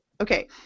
Okay